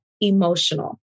emotional